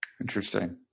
Interesting